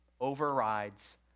overrides